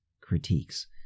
critiques